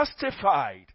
justified